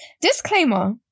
Disclaimer